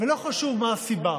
ולא חשוב מה הסיבה,